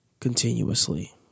continuously